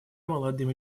молодым